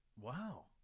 Wow